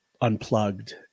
unplugged